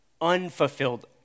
unfulfilled